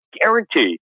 guarantee